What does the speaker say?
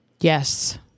Yes